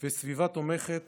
וסביבה תומכת